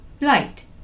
light